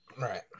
Right